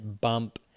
bump